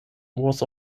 was